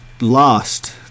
lost